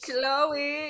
Chloe